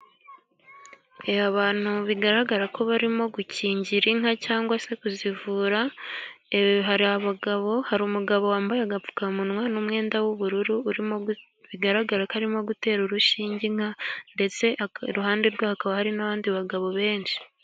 Abantu bigaragara ko barimo gukingira inka, cyangwa se kuzivura, hari abagabo, hari umugabo wambaye agapfukamunwa, n'umwenda w'ubururu, bigaragara ko arimo gutera urushinge inka, ndetse iruhande rwe hakaba hari n'abandi bagabo benshi.